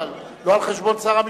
אבל לא על-חשבון שר המשפטים.